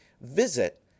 visit